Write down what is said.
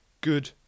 good